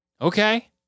Okay